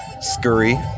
scurry